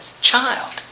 child